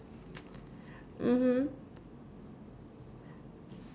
mmhmm